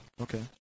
Okay